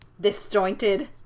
disjointed